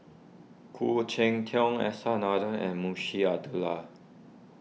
Khoo Cheng Tiong S R Nathan and Munshi Abdullah